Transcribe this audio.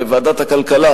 בוועדת הכלכלה,